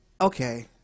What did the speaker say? okay